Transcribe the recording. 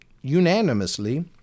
unanimously